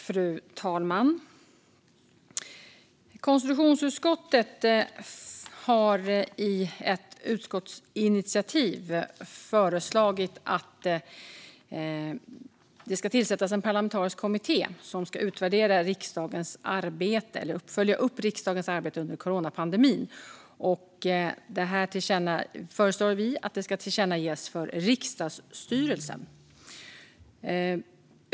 Fru talman! Konstitutionsutskottet har i ett utskottsinitiativ föreslagit att en parlamentarisk kommitté ska tillsättas. Den ska följa upp riksdagens arbete under coronapandemin. Vi föreslår att detta ska tillkännages för riksdagsstyrelsen.